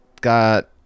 got